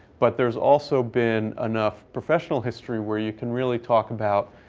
but there's also been enough professional history where you can really talk about